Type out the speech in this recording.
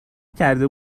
کرده